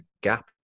gap